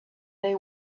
they